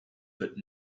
but